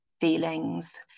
feelings